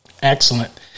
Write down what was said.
Excellent